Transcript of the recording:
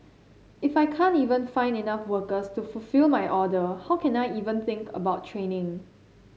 if I can't even find enough workers to fulfil my order how can I even think about training